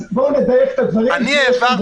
אז בואו נדייק את הדברים --- ידידנו,